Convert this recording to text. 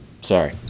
sorry